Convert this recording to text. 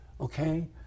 okay